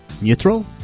neutral